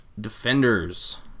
Defenders